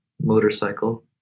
motorcycle